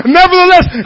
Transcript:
nevertheless